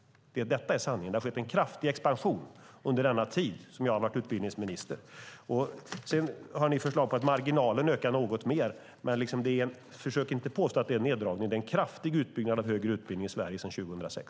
Sanningen är att det har skett en kraftig expansion under den tid som jag har varit utbildningsminister. Ni har förslag på att marginalen ska öka något mer. Men försök inte påstå att det är en neddragning, för det är en kraftig utbyggnad av den högre utbildningen i Sverige sedan 2006!